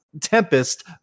Tempest